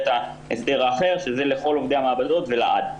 ההסדר האחר שזה לכל עובדי המעבדות ולעד.